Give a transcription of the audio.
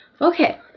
okay